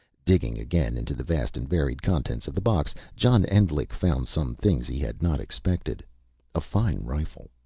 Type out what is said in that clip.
digging again into the vast and varied contents of the box, john endlich found some things he had not expected a fine rifle,